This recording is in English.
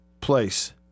place